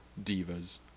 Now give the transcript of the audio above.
Divas